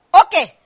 okay